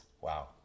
Wow